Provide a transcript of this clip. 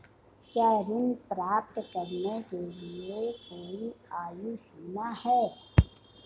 क्या ऋण प्राप्त करने के लिए कोई आयु सीमा है?